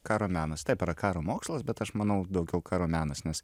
karo menas taip yra karo mokslas bet aš manau daugiau karo menas nes